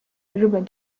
日本